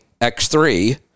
X3